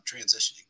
transitioning